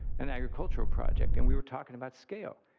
an agricultural project. and we were talking about scale.